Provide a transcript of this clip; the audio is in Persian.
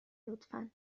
لطفا